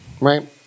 right